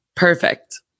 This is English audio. Perfect